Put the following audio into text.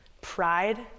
pride